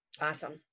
Awesome